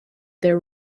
their